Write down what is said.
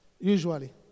usually